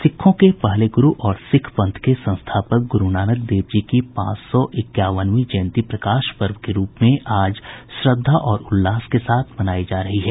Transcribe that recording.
सिखों के पहले गुरु और सिख पंथ के संस्थापक गुरु नानक देव जी की पांच सौ इक्यावनवीं जयंती प्रकाश पर्व के रूप में आज श्रद्धा और उल्लास के साथ मनायी जा रही है